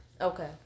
Okay